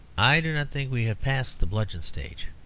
i do not think we have passed the bludgeon stage.